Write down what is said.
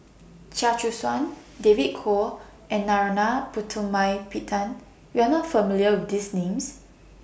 Chia Choo Suan David Kwo and Narana Putumaippittan YOU Are not familiar with These Names